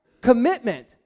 Commitment